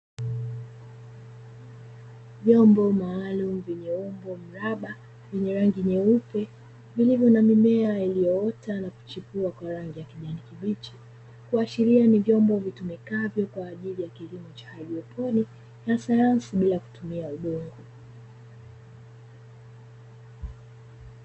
Vyombo maalumu vyenye umbo mraba vyenye rangi nyeupe vilivyo na mimea ilioota na kuchipua kwa rangi ya kijani kibichi. Kuashiria ni vyombo vitumikavyo kwa ajili ya kilimo cha haidroponi na sayansi bila kutumia udongo.